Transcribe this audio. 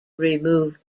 remove